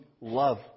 love